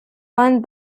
won